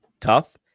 tough